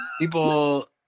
People